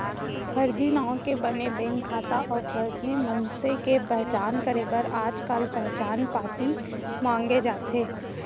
फरजी नांव के बने बेंक खाता अउ फरजी मनसे के पहचान करे बर आजकाल पहचान पाती मांगे जाथे